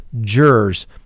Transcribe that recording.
jurors